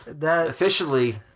Officially